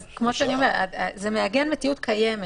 אז כמו שאמרתי, זה מעגן מציאות קיימת.